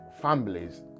families